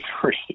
three